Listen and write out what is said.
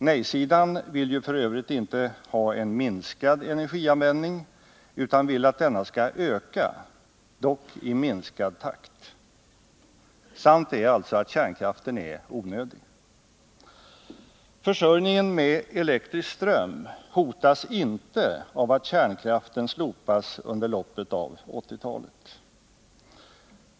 Nej-sidan vill ju f. ö. inte ha en minskad energianvändning utan vill att den skall öka, dock i minskad takt. Sant är alltså att kärnkraften är onödig. Försörjningen med elektrisk ström hotas inte av att kärnkraften slopas under loppet av 1980-talet.